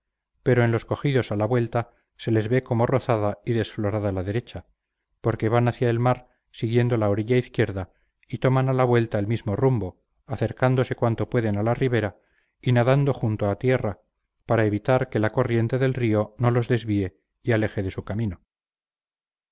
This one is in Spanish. pero en los cogidos a la vuelta se les ve como rozada y desflorada la derecha porque van hacia el mar siguiendo la orilla izquierda y toman a la vuelta el mismo rumbo acercándose cuanto pueden a la ribera y nadando junto a tierra para evitar que la corriente del río no los desvíe y aleje de su camino